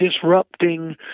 disrupting